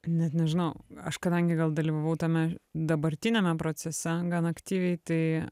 net nežinau aš kadangi gal dalyvavau tame dabartiniame procese gan aktyviai tai